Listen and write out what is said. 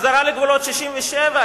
חזרה לגבולות 67',